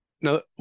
Now